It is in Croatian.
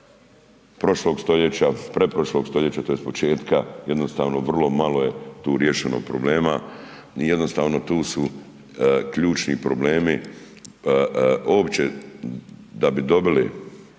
pretprošlog stoljeća, tj. početka, jednostavno, vrlo malo je tu riješeno problema i jednostavno tu su ključni problemi